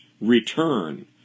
return